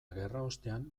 gerraostean